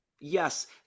yes